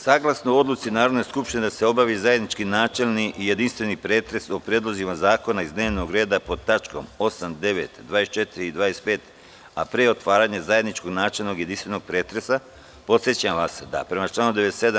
Saglasno odluci Narodne skupštine da se obavi zajednički načelnici i jedinstveni pretres o predlozima zakona iz dnevnog reda pod tačkama 8, 9, 24. i 25, a pre otvaranja zajedničkog načelnog i jedinstvenog pretresa, podsećam vas da prema članu 97.